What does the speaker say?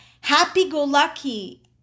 happy-go-lucky